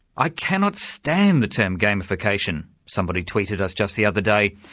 i cannot stand the term gamification, somebody tweeted us just the other day,